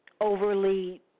overly